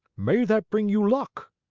may that bring you luck!